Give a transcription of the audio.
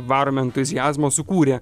varomi entuziazmo sukūrė